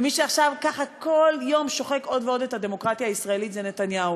מי שעכשיו ככה כל יום שוחק עוד ועוד את הדמוקרטיה הישראלית זה נתניהו.